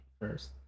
first